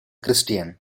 christian